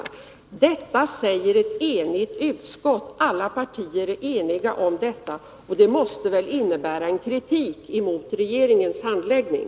kraftverksprojektet Detta säger alltså ett enigt utskott. Alla partier är överens om detta. Det Kotmale i Sri måste väl innebära kritik mot regeringens handläggning?